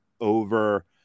Over